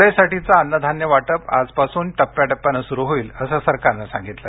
जुलैसाठीचा अन्नधान्य वाटप आजपासून टप्प्याटप्प्यानं सुरु होईल असं सरकारनं सांगितलं